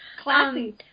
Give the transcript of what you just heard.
Classy